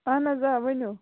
اَہَن آ ؤنِو